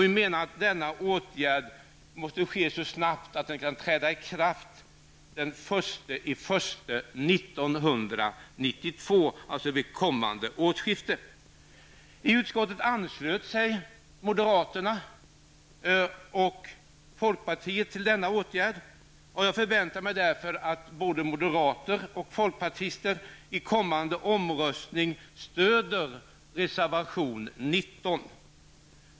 Vi menar att detta måste ske så snabbt att vi får ett ikraftträdande den I utskottet har moderaterna och folkpartiet anslutit sig till det förslag som handlar om denna åtgärd. Jag förväntar mig därför att både moderaterna och folkpartiet vid omröstningen kommer att stödja reservation 19.